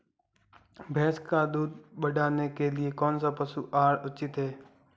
भैंस का दूध बढ़ाने के लिए कौनसा पशु आहार उचित है?